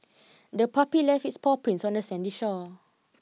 the puppy left its paw prints on the sandy shore